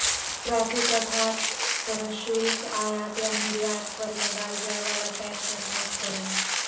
tariff अर्थात् प्रशुल्क आयात या निर्यात पर लगाल जाय वला टैक्स अर्थात् कर हइ